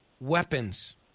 weapons